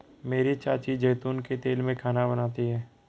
मेरी चाची जैतून के तेल में खाना बनाती है